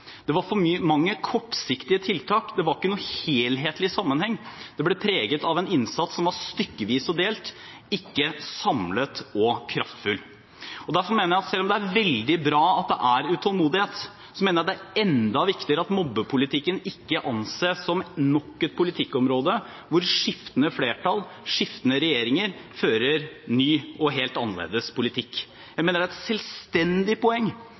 Det var for mange kortsiktige tiltak, det var ikke noen helhetlig sammenheng. Det ble preget av en innsats som var stykkevis og delt, ikke samlet og kraftfull. Derfor mener jeg at selv om det er veldig bra at det er utålmodighet, er det enda viktigere at mobbing ikke anses som nok et politikkområde hvor skiftende flertall, skiftende regjeringer fører ny og helt annerledes politikk. Jeg mener det er et selvstendig poeng